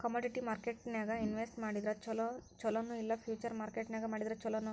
Commodity ಮಾರ್ಕೆಟ್ನ್ಯಾಗ್ invest ಮಾಡಿದ್ರ ಛೊಲೊ ನೊ ಇಲ್ಲಾ ಫ್ಯುಚರ್ ಮಾರ್ಕೆಟ್ ನ್ಯಾಗ್ ಮಾಡಿದ್ರ ಛಲೊನೊ?